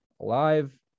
alive